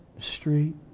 street